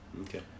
Okay